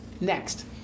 Next